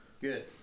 Good